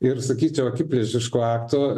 ir sakyčiau akiplėšiško akto